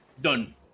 Done